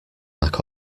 mac